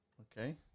Okay